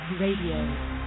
Radio